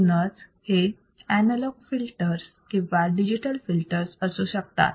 म्हणूनच फिल्टर्स हे analog filters किंवा डिजिटल फिल्टर्स असू शकतात